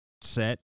set